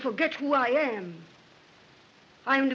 forget who i am i'm